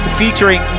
featuring